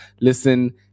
listen